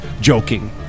joking